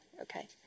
Okay